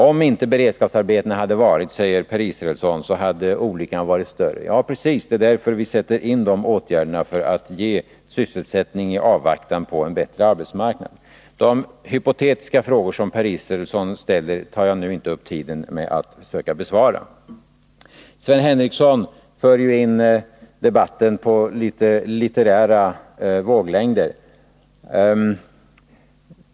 Om inte beredskapsarbetena hade funnits, säger Per Israelsson, så hade olyckan varit större. Ja, precis! Det är därför vi sätter in de åtgärderna för att ge sysselsättning i avvaktan på en bättre arbetsmarknad. De hypotetiska frågor som Per Israelsson ställer tar jag inte nu upp tiden med att försöka besvara. Sven Henricsson för in debatten på litet mer litterära våglängder.